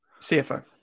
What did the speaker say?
CFO